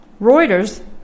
Reuters